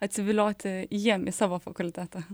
atsivilioti jiem į savo fakultetą